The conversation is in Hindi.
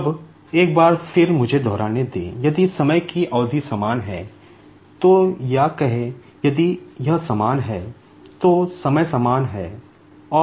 अब एक बार फिर मुझे दोहराने दें यदि समय की अवधि समान है तो या t कहें यदि यह समान है तो समय समान है